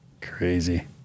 Crazy